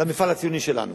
למפעל הציוני שלנו.